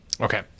okay